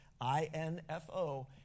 I-N-F-O